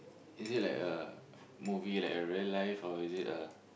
is it like a movie like a real life or is it a